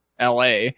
LA